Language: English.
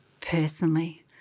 personally